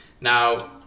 Now